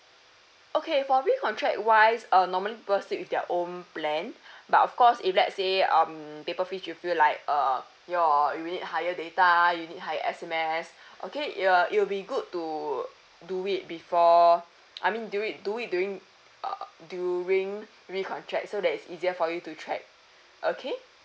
okay for recontract-wise uh normally people stick with their own plan but of course if let's say um paper fish you feel like uh uh your you will need higher data you'll need higher S_M_S okay it uh it will be good to do it before I mean do it do it during during recontract so that it's easier for you to track okay